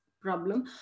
problem